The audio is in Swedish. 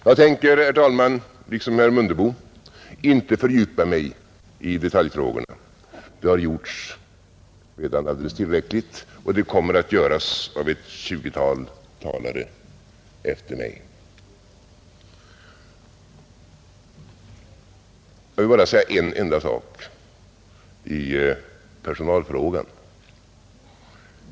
Jag tänker, herr talman, liksom herr Mundebo inte fördjupa mig i detaljfrågorna; det har gjorts alldeles tillräckligt och det kommer att göras av ett 20-tal talare efter mig. Jag vill bara säga en enda sak i personalfrågan.